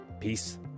peace